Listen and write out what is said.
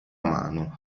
mano